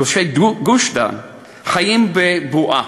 גוש-דן חיים בבועה,